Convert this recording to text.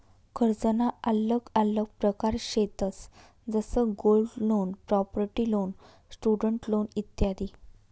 कर्जना आल्लग आल्लग प्रकार शेतंस जसं gold loan, property loan, student loan इत्यादी